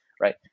right